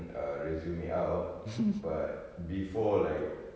err resume out but before like